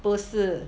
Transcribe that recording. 不是